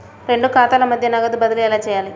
రెండు ఖాతాల మధ్య నగదు బదిలీ ఎలా చేయాలి?